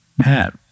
Pat